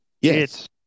Yes